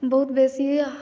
बहुत बेसी